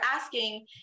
asking